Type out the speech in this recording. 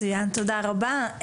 מצויין, תודה רבה.